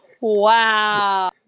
Wow